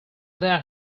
that